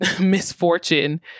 misfortune